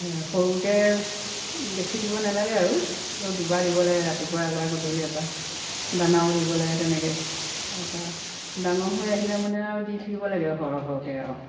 সৰুতে বেছি দিব নালাগে আৰু তেও দুবাৰ দিব লাগে ৰাতিপুৱা এবাৰ গধূলি এবাৰ দানাও দিব লাগে তেনেকৈ তাৰপৰা ডাঙৰ হৈ আহিলে মানে আৰু দি থাকিব লাগে সৰহ সহকৈ আৰু